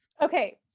Okay